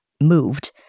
moved